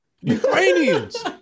Ukrainians